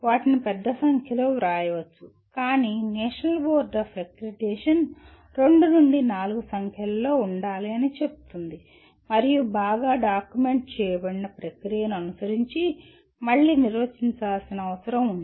వాటిని పెద్ద సంఖ్యలో వ్రాయవచ్చు కానీ నేషనల్ బోర్డ్ ఆఫ్ అక్రిడిటేషన్ రెండు నుండి నాలుగు సంఖ్యలో ఉండాలి అని చెప్తుంది మరియు బాగా డాక్యుమెంట్ చేయబడిన ప్రక్రియను అనుసరించి మళ్ళీ నిర్వచించాల్సిన అవసరం ఉంది